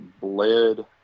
bled –